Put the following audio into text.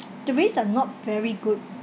the rates are not very good